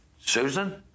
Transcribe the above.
Susan